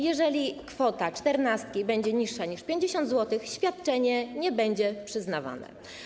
Jeżeli kwota czternastki będzie niższa niż 50 zł, świadczenie nie będzie przyznawane.